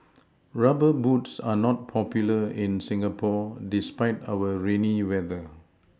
rubber boots are not popular in Singapore despite our rainy weather